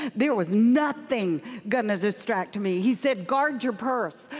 there was nothing going to distract me. he said guard your purse.